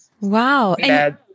wow